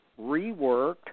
reworked